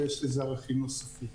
ויש לזה ערכים נוספים.